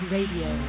Radio